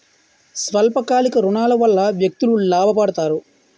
స్వల్ప కాలిక ఋణాల వల్ల వ్యక్తులు లాభ పడతారు